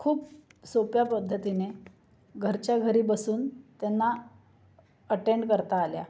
खूप सोप्या पद्धतीने घरच्या घरी बसून त्यांना अटेंड करता आल्या